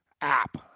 app